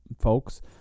folks